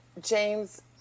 James